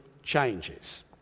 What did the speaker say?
changes